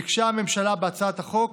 ביקשה הממשלה בהצעת החוק